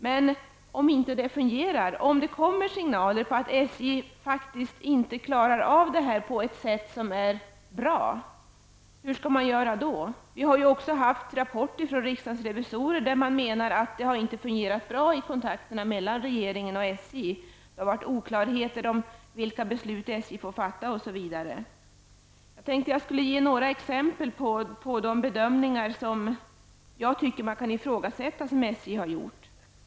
Men om det inte fungerar? Om det kommer signaler på att SJ faktiskt inte klarar av detta på ett sätt som är bra, hur skall man göra då? Vi har fått rapporter från riksdagens revisorer som menar att kontakterna mellan regeringen och SJ inte har fungerat bra. Det har varit oklarheter om vilka beslut SJ får fatta osv. Jag tänkte ge några exempel på de bedömningar som SJ har gjort och som jag tycker att man kan ifrågasätta.